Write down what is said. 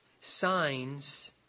signs